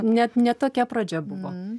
net ne tokia pradžia buvo